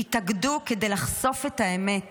התאגדו כדי לחשוף את האמת